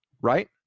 right